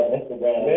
Instagram